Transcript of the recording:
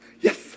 Yes